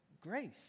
grace